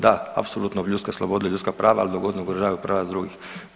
Da, apsolutno ljudske slobode i ljudska prava, ali dok ne ugrožavaju prava drugih.